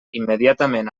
immediatament